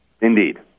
Indeed